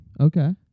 Okay